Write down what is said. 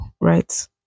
right